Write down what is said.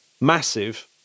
massive